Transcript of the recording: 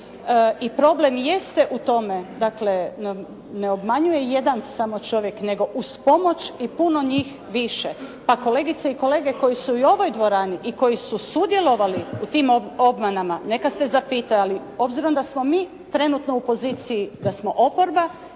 i problem jeste u tome, dakle ne obmanjuje jedan samo čovjek nego uz pomoć i puno njih više, pa kolegice i kolege koji su u ovoj dvorani i koji su sudjelovali u tim obmanama neka se zapitaju, ali obzirom da smo mi trenutno u poziciji da smo oporba,